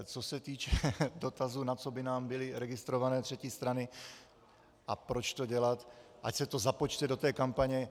Co se týče dotazu, na co by nám byly registrované třetí strany a proč to dělat, ať se to započte do té kampaně.